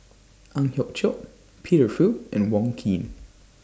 Ang Hiong Chiok Peter Fu and Wong Keen